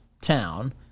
town